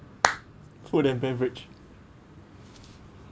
food and beverage